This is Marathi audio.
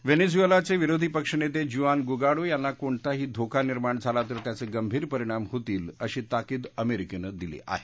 व्हेनेझुएलाचे विरोधी पक्ष नेते जुआन गुआडो यांना कोणताही धोका निर्माण झाला तर त्यांचे गंभीर परिणाम होतील अशी ताकीद अमेरिकेनं दिली आहे